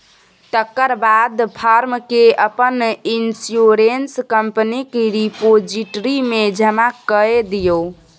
तकर बाद फार्म केँ अपन इंश्योरेंस कंपनीक रिपोजिटरी मे जमा कए दियौ